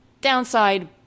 downside